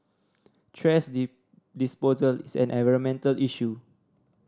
thrash disposal is an environmental issue